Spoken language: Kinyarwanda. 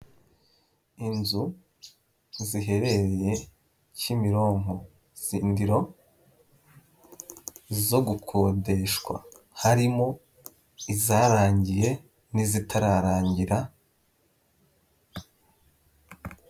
Inzu ziherereye Kimironko Zindiro zo gukodeshwa, harimo izarangiye n'izitararangira.